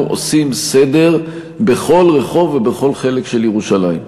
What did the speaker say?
עושים סדר בכל רחוב ובכל חלק של ירושלים.